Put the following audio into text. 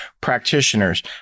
practitioners